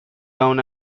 down